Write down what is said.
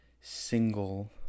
single